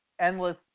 endless